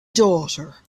daughter